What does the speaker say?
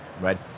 right